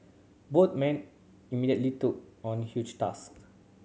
both men immediately took on huge tasks